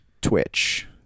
Twitch